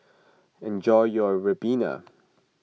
enjoy your Ribena